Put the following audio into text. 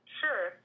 sure